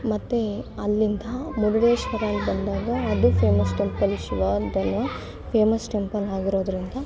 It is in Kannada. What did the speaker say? ಮತ್ತು ಅಲ್ಲಿಂದ ಮುರುಡೇಶ್ವರಾಗೆ ಬಂದಾಗ ಅದು famous temple Shiva famous temple ಆಗಿರೋದರಿಂದ